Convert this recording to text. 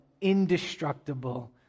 indestructible